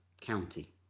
county